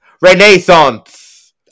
renaissance